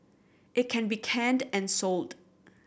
it can be canned and sold